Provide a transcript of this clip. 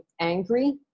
angry